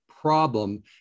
problem